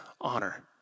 honor